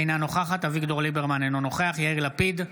אינה נוכחת אביגדור ליברמן, אינו נוכח יאיר לפיד,